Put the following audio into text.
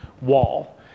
wall